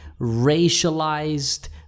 racialized